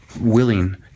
willing